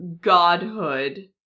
godhood